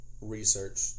research